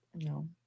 No